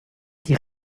die